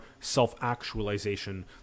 self-actualization